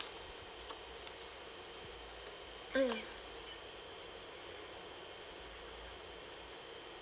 mm